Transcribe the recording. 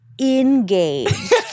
engaged